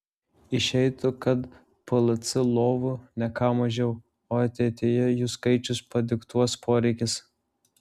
išeitų kad plc lovų ne ką mažiau o ateityje jų skaičių padiktuos poreikis